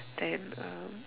then um